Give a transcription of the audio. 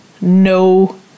no